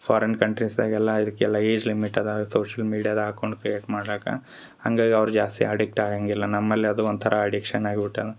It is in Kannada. ಫಾರಿನ್ ಕಂಟ್ರೀಸಾಗೆಲ್ಲ ಇದಕೆಲ್ಲ ಏಜ್ ಲಿಮಿಟ್ ಅದ ಸೋಶಿಯಲ್ ಮೀಡಿಯಾದಾಗ ಅಕೌಂಟ್ ಕ್ರಿಯೇಟ್ ಮಾಡ್ಲಾಕ ಹಾಗಾಗಿ ಅವ್ರು ಜಾಸ್ತಿ ಅಡಿಕ್ಟ್ ಆಗಂಗಿಲ್ಲ ನಮ್ಮಲ್ಲಿ ಅದು ಒಂಥರ ಅಡಿಕ್ಷನ್ ಆಗ್ಬಿಟ್ಟಾವ